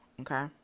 Okay